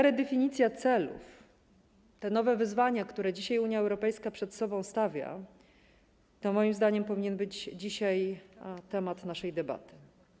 Redefinicja celów, nowe wyzwania, które dzisiaj Unia Europejska przed sobą stawia - to moim zdaniem powinien być dzisiaj temat naszej debaty.